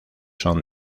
son